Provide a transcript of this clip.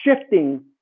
shifting